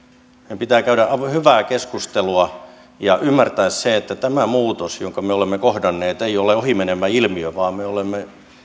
meidän pitää käydä hyvää keskustelua ja ymmärtää se että tämä muutos jonka me olemme kohdanneet ei ole ohimenevä ilmiö vaan me olemme